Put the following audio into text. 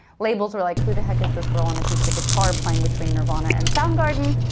labels are like who the heck is this girl on acoustic guitar playing between nirvana and soundgarden.